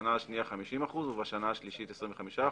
בשנה השנייה 50% ובשנה השלישית 25%,